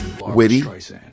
witty